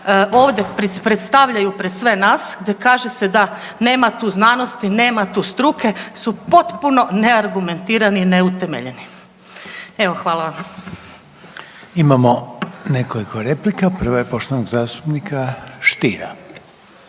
ovdje predstavljaju pred sve nas da kaže se da nema tu znanosti, nema tu struke su potpuno neargumentirani i neutemeljeni. Evo hvala. **Reiner, Željko (HDZ)** Imamo nekoliko replika, prva je poštovanog zastupnika Stiera.